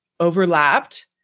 overlapped